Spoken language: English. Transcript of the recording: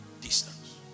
distance